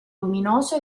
luminoso